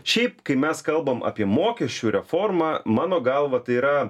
šiaip kai mes kalbam apie mokesčių reformą mano galva tai yra